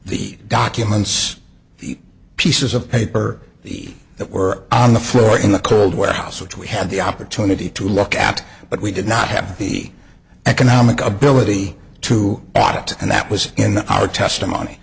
the documents the pieces of paper he that were on the floor in the cold warehouse which we had the opportunity to look at but we did not happy economic ability to audit and that was in our testimony